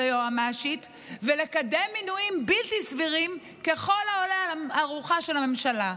היועמ"שית ולקדם מינויים בלתי סבירים ככל העולה על רוחה של הממשלה.